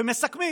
ומסכמים,